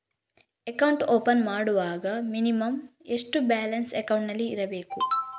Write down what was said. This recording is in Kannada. ಅಕೌಂಟ್ ಓಪನ್ ಮಾಡುವಾಗ ಮಿನಿಮಂ ಎಷ್ಟು ಬ್ಯಾಲೆನ್ಸ್ ಅಕೌಂಟಿನಲ್ಲಿ ಇರಬೇಕು?